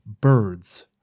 birds